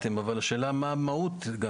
השאלה היא מה המהות.